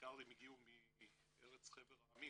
שבעיקר הגיעו מארץ חבר העמים,